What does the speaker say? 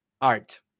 art